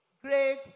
Great